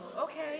okay